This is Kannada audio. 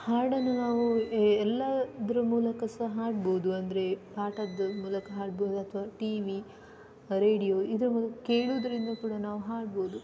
ಹಾಡನ್ನು ನಾವು ಎಲ್ಲದ್ರ ಮೂಲಕ ಸಹಾ ಹಾಡ್ಬೋದು ಅಂದರೆ ಪಾಠದ ಮೂಲಕ ಹಾಡ್ಬೋದು ಅಥವಾ ಟಿವಿ ರೇಡಿಯೋ ಇದು ಕೇಳುವುದರಿಂದ ಕೂಡ ನಾವು ಹಾಡ್ಬೋದು